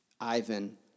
Ivan